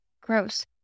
Gross